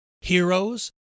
heroes